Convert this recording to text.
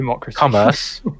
commerce